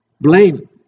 blame